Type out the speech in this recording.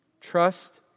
trust